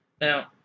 Now